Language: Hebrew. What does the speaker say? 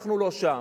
אנחנו לא שם.